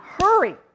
Hurry